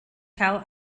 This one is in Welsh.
cael